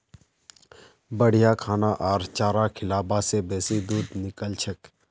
बढ़िया खाना आर चारा खिलाबा से बेसी दूध निकलछेक